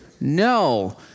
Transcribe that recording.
No